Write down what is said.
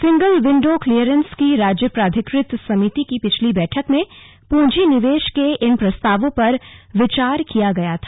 single window clearance की राज्य प्राधिकृत समिति की पिछली बैठक में पूजी निवेश के इन प्रस्ताओं पर विचार किया गया था